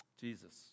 Jesus